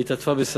היא התעטפה בשערה.